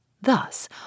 Thus